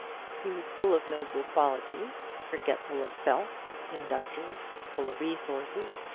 he was full of noble qualities forgetful of self, industrious, full of resources,